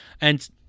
And-